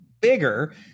bigger